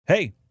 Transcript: Hey